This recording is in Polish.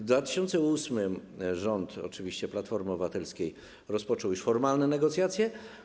W 2008 r. oczywiście rząd Platformy Obywatelskiej rozpoczął już formalne negocjacje.